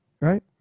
Right